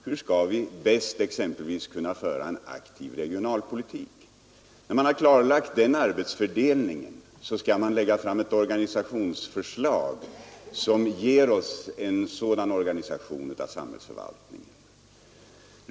Hur skall vi exempelvis bäst föra en aktiv regionalpolitik? När denna arbetsfördelning klarlagts, skall länsberedningen lägga fram ett förslag som ger oss en sådan organisation av samhällsförvaltningen.